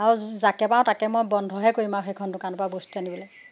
আৰু যাকে পাওঁ তাকে মই বন্ধহে কৰিম আৰু সেইখন দোকানৰ পৰা বস্তু আনিবলৈ